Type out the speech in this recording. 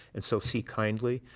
and so sea kindly,